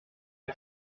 vos